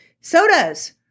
Sodas